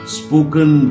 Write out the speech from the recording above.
spoken